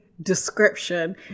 description